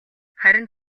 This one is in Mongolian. харин